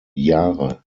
jahre